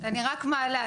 אני רק מעלה,